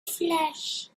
flesh